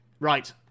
Right